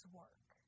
work